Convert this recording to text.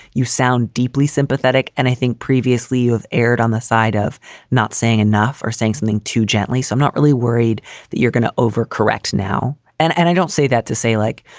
you sound deeply sympathetic, and i think previously you have aired on the side of not saying enough or saying something too gently. so i'm not really worried that you're going to overcorrect now. and and i don't say that to say like,